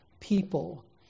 people